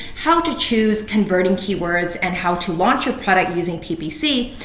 how to choose converting keywords and how to launch your product using ppc,